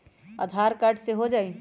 आधार card से हो जाइ?